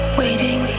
waiting